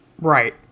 Right